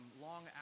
long